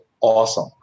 awesome